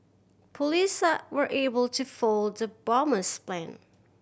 police were able to foil the bomber's plan